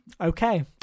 okay